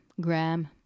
Graham